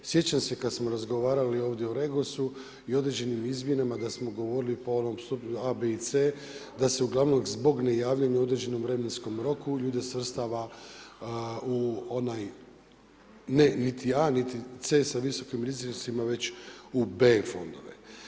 Sjećam se kad smo razgovarali ovdje o REGOS-u i određenim izmjenama, da smo govorili po onom … a, b i c, da se uglavnom zbog nejavljanja u određenom vremenskom roku ljude svrstava u onaj niti a niti c sa visokim rizicima, već u b fondove.